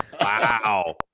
wow